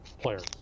players